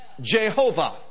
Jehovah